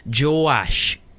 Joash